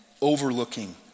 overlooking